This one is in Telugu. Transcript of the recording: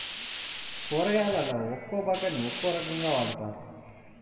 కూరగాయలలో ఒక్కో భాగాన్ని ఒక్కో రకంగా వాడతారు